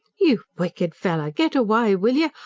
you wicked fellow! get away, will you!